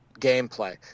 gameplay